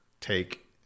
take